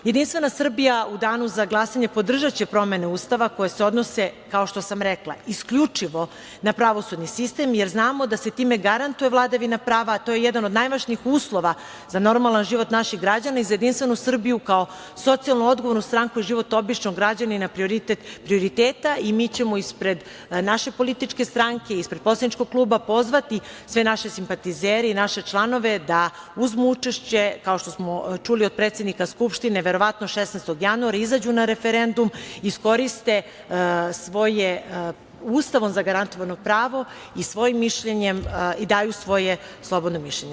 Jedinstvena Srbija u danu za glasanje podržaće promene Ustava koje se odnose, kao što sam rekla, isključivo na pravosudni sistem, jer znamo da se time garantuje vladavina prava, a to je jedan od najvažnijih uslova za normalan život naših građana i za JS kao socijalno odgovornu stranku i život običnog građanina prioritet prioriteta, i mi ćemo ispred naše političke stranke, ispred poslaničkog kluba pozvati sve naše simpatizere, sve naše članove da uzmu učešće, kao što smo čuli od predsednika Skupštine, verovatno 16. januara, izađu na referendum, iskoriste svoje Ustavom zagarantovano pravo i daju svoje slobodno mišljenje.